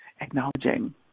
acknowledging